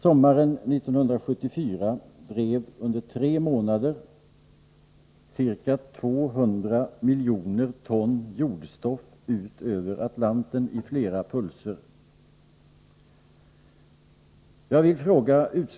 Sommaren 1974 drev under tre månader ca 200 miljoner ton jordstoff ut över Atlanten i flera pulser.